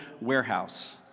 warehouse